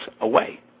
away